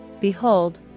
behold